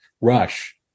Rush